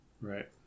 Right